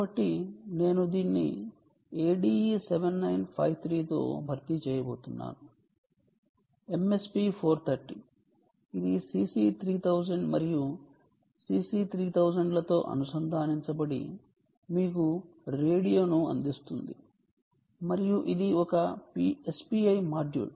కాబట్టి నేను దీన్ని ADE 7953 తో భర్తీ చేయబోతున్నాను MSP 430 ఇది CC 3000 మరియు CC3000 లతో అనుసంధానించబడి మీకు రేడియోను అందిస్తుంది మరియు ఇది ఒక SPI మాడ్యూల్